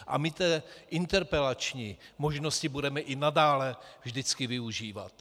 A my tedy interpelační možnosti budeme i nadále vždycky využívat.